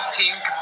pink